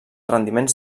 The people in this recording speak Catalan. rendiments